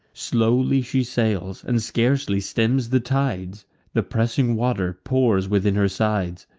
slowly she sails, and scarcely stems the tides the pressing water pours within her sides.